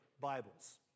Bibles